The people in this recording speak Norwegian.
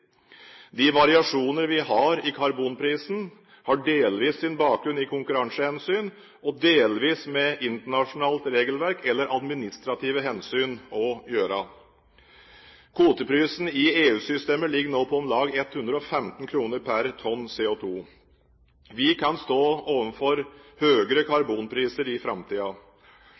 De variasjoner vi har i karbonprisen, har delvis sin bakgrunn i konkurransehensyn og har delvis med internasjonalt regelverk eller administrative hensyn å gjøre. Kvoteprisen i EU-systemet ligger nå på om lag 115 kr per tonn CO2. Vi kan stå overfor høyere karbonpriser i